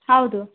ಹೌದು